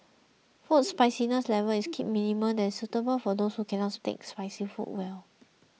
food spiciness level is kept minimal that is suitable for those who cannot take spicy food well